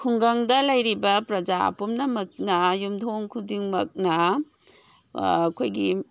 ꯈꯨꯡꯒꯪꯗ ꯂꯩꯔꯤꯕ ꯄ꯭ꯔꯖꯥ ꯄꯨꯝꯅꯃꯛꯅ ꯌꯨꯝꯊꯣꯡ ꯈꯨꯗꯤꯡꯃꯛꯅ ꯑꯩꯈꯣꯏꯒꯤ